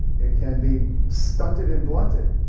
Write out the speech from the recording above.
it can be stunted and blunted,